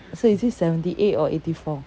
so is it seventy eight or eighty four